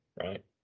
right